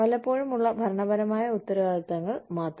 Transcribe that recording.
വല്ലപ്പോഴുമുള്ള ഭരണപരമായ ഉത്തരവാദിത്തങ്ങൾ മാത്രം